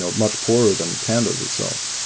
ah much poorer than pandas itself.